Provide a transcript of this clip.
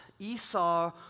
Esau